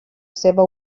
seua